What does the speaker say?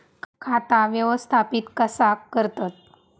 खाता व्यवस्थापित कसा करतत?